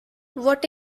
what